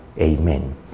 Amen